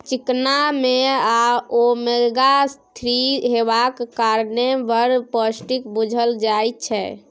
चिकना मे omega three हेबाक कारणेँ बड़ पौष्टिक बुझल जाइ छै